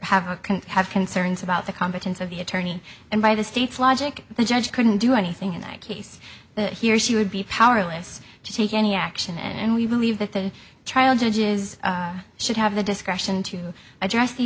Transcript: have a can have concerns about the competence of the attorney and by the state's logic the judge couldn't do anything in that case that he or she would be powerless to take any action and we believe that the trial judges should have the discretion to address the